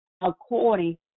according